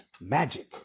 magic